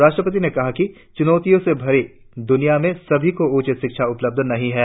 राष्ट्रपति ने कहा कि चुनौतियों से भरी दुनिया में सभी को उच्च शिक्षा उपलब्ध नहीं है